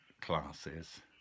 classes